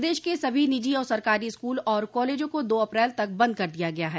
प्रदेश के सभी निजी और सरकारी स्कूल और कॉलेजों को दो अप्रैल तक बन्द कर दिया गया है